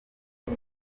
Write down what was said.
ibi